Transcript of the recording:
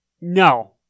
No